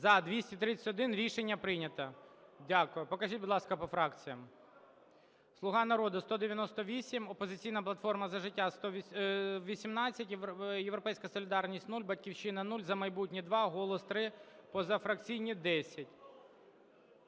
За-231 Рішення прийнято. Дякую. Покажіть, будь ласка, по фракціям. "Слуга народу" – 198, "Опозиційна платформа – За життя" – 18, "Європейська солідарність" – 0, "Батьківщина – 0, "За майбутнє" – 2, "Голос" – 3, позафракційні – 10.